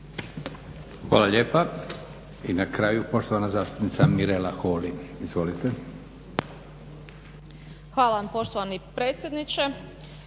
Hvala lijepa. I na kraju poštovana zastupnica Mirela Holy. Izvolite. **Holy, Mirela (SDP)** Hvala vam poštovani predsjedniče,